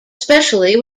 especially